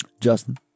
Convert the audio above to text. Justin